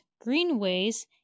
greenways